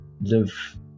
live